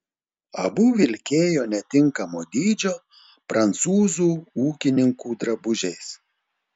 abu vilkėjo netinkamo dydžio prancūzų ūkininkų drabužiais